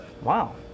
Wow